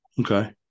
Okay